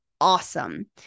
awesome